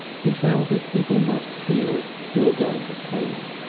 he felt as people must feel who are going to faint.